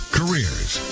careers